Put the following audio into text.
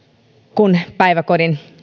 kun päiväkodin